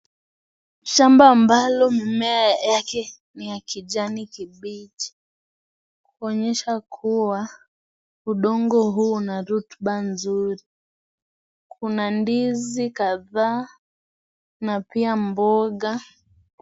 Shamba ambalo mimea yake ni ya kijani kibichi kuonyesha kuwa udongo huu una rotuba nzuri kuna ndizi kadhaa na pia mboga.